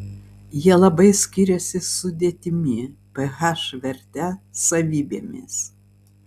jie labai skiriasi sudėtimi ph verte savybėmis